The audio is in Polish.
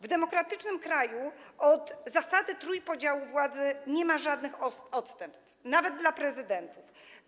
W demokratycznym kraju od zasady trójpodziału władzy nie ma żadnych odstępstw, nawet dla prezydentów.